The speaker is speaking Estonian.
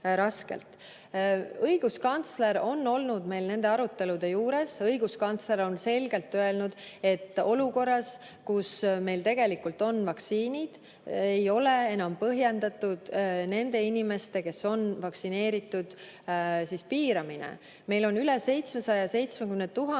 raskelt. Õiguskantsler on olnud meil nende arutelude juures. Õiguskantsler on selgelt öelnud, et olukorras, kus meil on vaktsiinid, ei ole enam põhjendatud nende inimeste, kes on vaktsineeritud, piiramine. Meil on üle 770 000